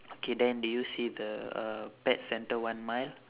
okay then do you see the uh pet centre one mile